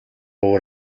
уур